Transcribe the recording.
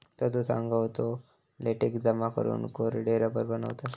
सदो सांगा होतो, लेटेक्स जमा करून कोरडे रबर बनवतत